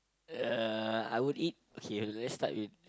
uh I would eat okay let's start with